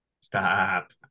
Stop